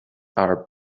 are